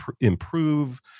improve